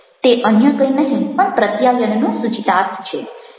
તે અન્ય કંઈ નહિ પણ પ્રત્યાયનનો સૂચિતાર્થ છે